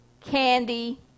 candy